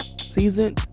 Season